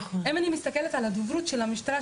אם אני מסתכלת על הדוברות של המשטרה,